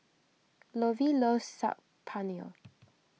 Lovey loves Saag Paneer